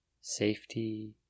safety